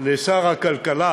לשר הכלכלה,